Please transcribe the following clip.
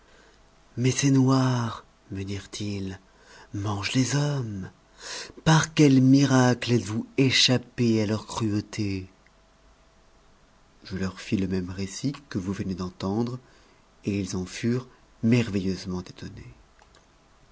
mais ces noirs me dirent-ils mangent les hommes par quel tniracte êtes-vous échappé à leur cruauté je leur fis le même récit que vous venez d'entendre et ils en furent merveilleusement étonnés